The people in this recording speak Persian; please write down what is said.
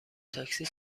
تاکسی